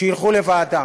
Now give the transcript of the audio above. שילכו לוועדה.